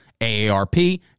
AARP